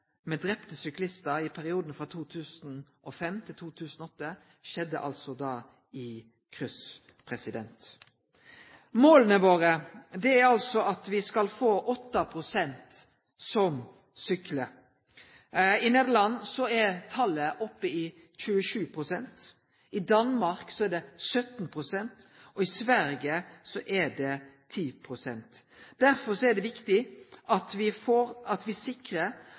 syklistar i perioden frå 2005 til 2008 skjedde altså i kryss. Måla våre er altså at me skal få 8 pst. som syklar. I Nederland er talet oppe i 27 pst., i Danmark er det 17 pst., og i Sverige er det 10 pst. Derfor er det viktig at me sikrar at